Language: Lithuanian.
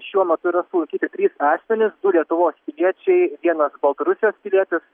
šiuo metu yra sulaikyti trys asmenys du lietuvos piliečiai vienas baltarusijos pilietis